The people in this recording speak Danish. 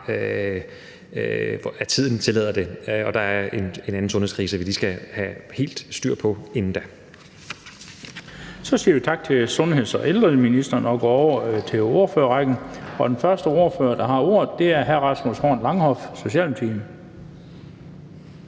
snart tiden tillader det. Der er en anden sundhedskrise, vi lige skal have helt styr på inden da. Kl. 18:13 Den fg. formand (Bent Bøgsted): Så siger vi tak til sundheds- og ældreministeren og går over til ordførerrækken, og den første ordfører, der har ordet, er hr. Rasmus Horn Langhoff, Socialdemokratiet.